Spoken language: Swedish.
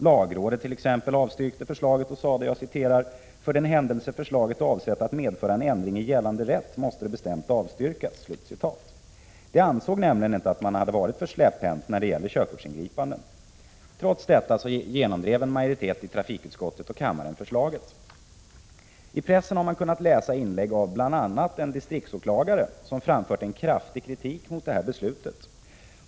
Lagrådet t.ex. avstyrkte förslaget och sade: ”För den händelse förslaget är avsett att medföra en ändring i gällande rätt måste det bestämt avstyrkas.” Lagrådet ansåg nämligen inte att man hade varit för släpphänt när det gällt körkortsingripanden. Trots detta genomdrev en majoritet i trafikutskottet och kammaren förslaget. I pressen har man kunnat läsa inlägg av bl.a. en distriktsåklagare, som framfört en kraftig kritik mot beslutet.